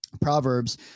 Proverbs